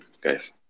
guys